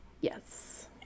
Yes